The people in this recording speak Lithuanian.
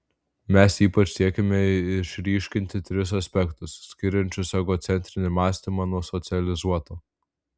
mes ypač siekėme išryškinti tris aspektus skiriančius egocentrinį mąstymą nuo socializuoto